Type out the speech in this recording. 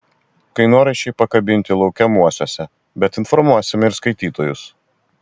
kainoraščiai pakabinti laukiamuosiuose bet informuosime ir skaitytojus